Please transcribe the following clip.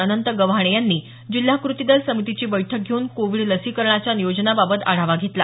अनंत गव्हाणे यांनी जिल्हा कृती दल समितीची बैठक घेऊन कोविड लसीकरणाच्या नियोजनाबाबत आढावा घेतला